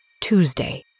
Tuesday